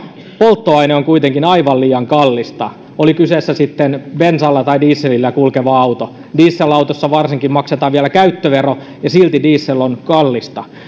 polttoaine on kuitenkin aivan liian kallista oli kyseessä sitten bensalla tai dieselillä kulkeva auto dieselautossa varsinkin kun maksetaan vielä käyttövero ja silti diesel on kallista